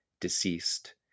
deceased